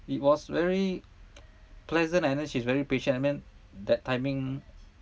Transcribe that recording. it was very pleasant and then she's very patient I mean that timing